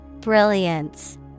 Brilliance